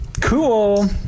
Cool